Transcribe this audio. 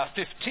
15